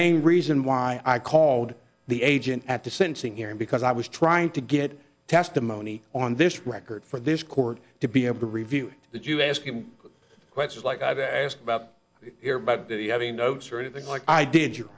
main reason why i called the agent at the sentencing hearing because i was trying to get testimony on this record for this court to be able to review that you ask him questions like i've asked about here but do you have any notes or anything like i did